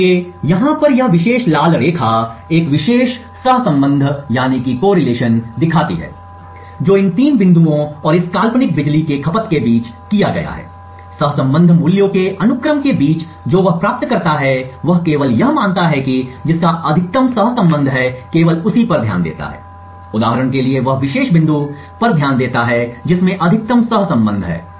इसलिए यहाँ पर यह विशेष लाल रेखा एक विशेष सहसंबंध दिखाती है जो इन तीन बिंदुओं और इस काल्पनिक बिजली की खपत के बीच किया गया है सहसंबंध मूल्यों के अनुक्रम के बीच जो वह प्राप्त करता है वह केवल यह मानता है कि जिसका अधिकतम सहसंबंध है केवल उसी पर ध्यान देता है उदाहरण के लिए वह विशेष बिंदु पर ध्यान देता है है जिसमें अधिकतम सहसंबंध है